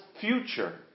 future